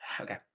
Okay